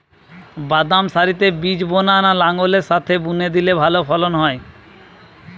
বাদাম সারিতে বীজ বোনা না লাঙ্গলের সাথে বুনে দিলে ভালো ফলন হয়?